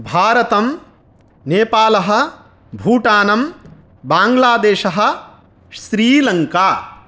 भारतं नेपालः भूटानं बाङ्ग्लादेशः स्रीलङ्का